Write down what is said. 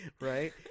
Right